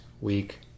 week